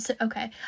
Okay